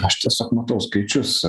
aš tiesiog matau skaičius